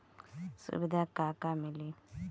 सुविधा का का मिली?